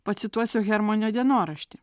pacituosiu hermano dienoraštį